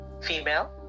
female